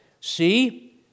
See